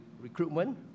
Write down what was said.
recruitment